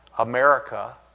America